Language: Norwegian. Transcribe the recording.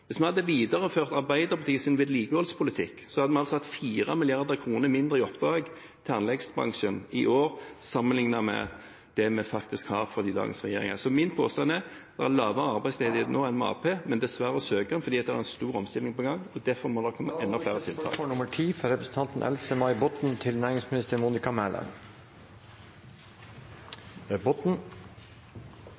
Hvis vi hadde videreført Arbeiderpartiets vedlikeholdspolitikk, hadde vi hatt 4 mrd. kr mindre i oppdrag til anleggsbransjen i år sammenlignet med det vi faktisk har med dagens regjering. Min påstand er: Det er lavere arbeidsledighet nå enn med Arbeiderpartiet, men dessverre øker den fordi det er en stor omstilling på gang, og derfor må det … Taletiden er ute. «Sør-Vestlandet rammes av økende ledighet. Mange bedrifter har vært gjennom flere